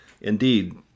Indeed